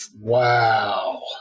Wow